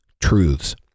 truths